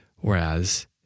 Whereas